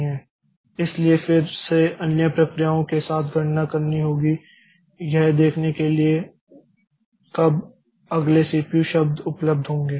इसलिए फिर से अन्य प्रक्रियाओं के साथ गणना करनी होगी यह देखने के लिए कब अगले सीपीयू शब्द उपलब्ध होंगे